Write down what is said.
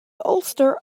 ulster